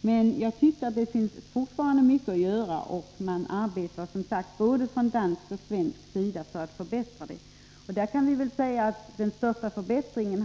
Men det finns fortfarande mycket att göra, och både från dansk och svensk sida arbetar man med att förbättra förhållandena.